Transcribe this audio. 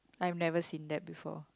I've never seen them before